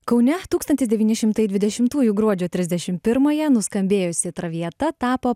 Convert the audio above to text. kaune tūkstantis devyni šimtai dvidešimtųjų gruodžio trisdešim pirmąją nuskambėjusi traviata tapo